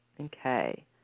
Okay